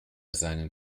seinen